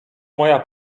moja